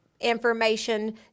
information